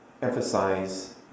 Emphasize